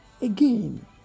Again